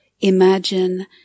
imagine